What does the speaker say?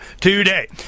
today